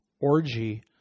orgy